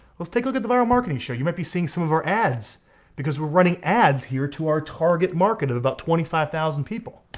let's take a look at the vyral marketing show. you might be seeing some of our ads because we're running ads here to our target market of about twenty five thousand people.